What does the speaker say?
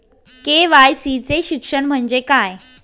KYC चे शिक्षण म्हणजे काय?